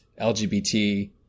LGBT